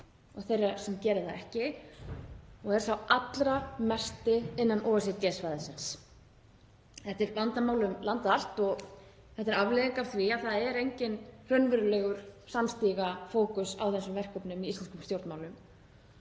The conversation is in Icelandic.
og þeirra sem gera það ekki og er sá allra mesti innan OECD-svæðisins. Þetta er vandamál um land allt og þetta er afleiðing af því að það er enginn raunverulegur samstiga fókus á þessum verkefnum í íslenskum stjórnmálum.